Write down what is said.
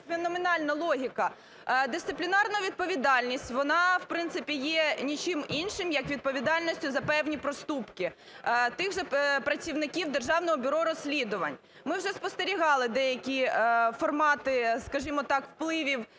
феноменальна логіка. Дисциплінарна відповідальність, вона, в принципі, є нічим іншим, як відповідальність за певні проступки тих же працівників Державного бюро розслідувань. Ми вже спостерігали деякі формати, скажімо так, впливів